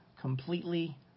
completely